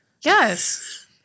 Yes